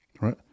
right